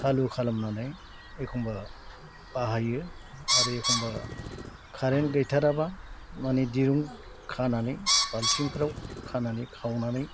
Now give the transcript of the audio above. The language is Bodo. सालु खालामनानै एखमब्ला बाहायो आरो एखमब्ला कारेन्ट गैथाराब्ला माने दिरुं खानानै बाल्थिंफ्राव खानानै खावनानै